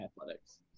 athletics